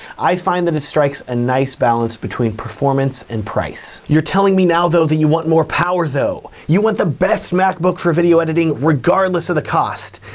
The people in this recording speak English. i find that it strikes a nice balance between performance and price. you're telling me now, though, that you want more power though. you want the best macbook for video editing, regardless of the cost.